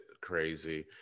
crazy